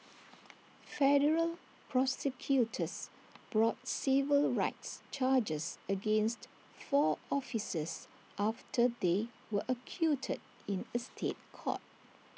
federal prosecutors brought civil rights charges against four officers after they were acquitted in A State Court